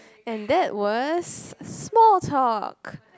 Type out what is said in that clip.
and that was small talk